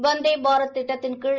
வந்தே பாரத் திட்டத்தின் கீழ்